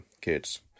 kids